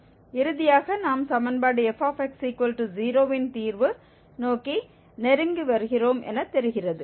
இறுதியாக நாம் சமன்பாடு fx0 ன் தீர்வு நோக்கி நெருங்கி வருகிறோம் என தெரிகிறது